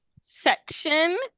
section